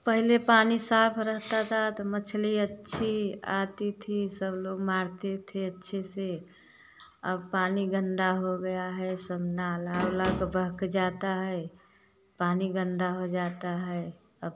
पहले पानी साफ रहता था तो मछली अच्छी आती थी सब लोग मारते थे अच्छे से अब पानी गंदा हो गया है सब नाला ओला का बह के जाता है पानी गंदा हो जाता है अब